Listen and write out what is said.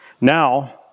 Now